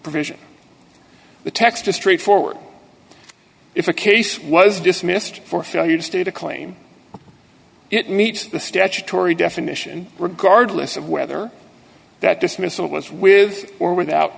provision the text is straightforward if a case was dismissed for failure to state a claim it meets the statutory definition regardless of whether that dismissal was with or without